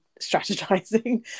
strategizing